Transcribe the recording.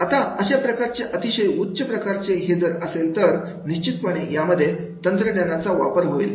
आता अशा प्रकारचे अतिशय उच्च प्रकारचे हे जर असेल तर निश्चितपणे यामध्ये तंत्रज्ञानाचा वापर होईल